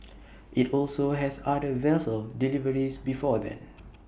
IT also has other vessel deliveries before then